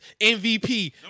MVP